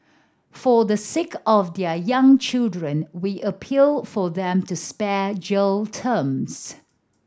for the sake of their young children we appeal for them to spared jail terms